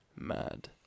Mad